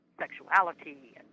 sexuality